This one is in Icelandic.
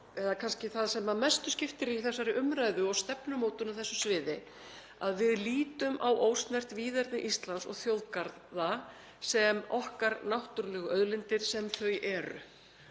er kannski það sem mestu skiptir í þessari umræðu og stefnumótun á þessu sviði að við lítum á ósnert víðerni Íslands og þjóðgarða sem okkar náttúrulegu auðlindir, sem þau eru.